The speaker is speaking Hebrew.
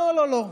לא, לא, לא.